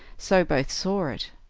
so both saw it.